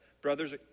Brothers